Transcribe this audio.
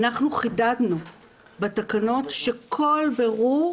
אנחנו חידדנו בתקנות שכל בירור,